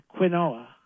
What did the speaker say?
Quinoa